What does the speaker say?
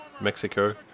Mexico